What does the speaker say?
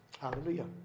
Hallelujah